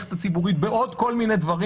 במערכת הציבורית, בעוד כל מיני דברים.